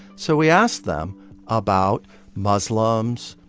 so we asked them about muslims,